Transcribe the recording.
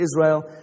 Israel